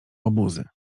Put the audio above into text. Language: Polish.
łobuzy